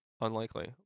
unlikely